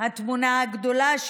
התמונה הגדולה,